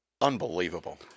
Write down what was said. Unbelievable